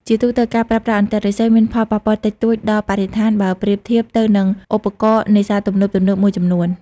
ជាទូទៅ ការប្រើប្រាស់អន្ទាក់ឫស្សីមានផលប៉ះពាល់តិចតួចដល់បរិស្ថានបើប្រៀបធៀបទៅនឹងឧបករណ៍នេសាទទំនើបៗមួយចំនួន។